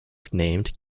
named